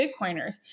Bitcoiners